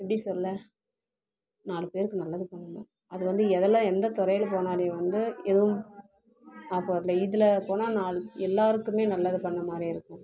எப்படி சொல்ல நாலு பேருக்கு நல்லது பண்ணணும் அது வந்து எதில் எந்த துறையில போனாலியும் வந்து எதுவும் அப்போ அதில் இதில் போனால் நாலு எல்லாருக்குமே நல்லது பண்ண மாதிரி இருக்கும்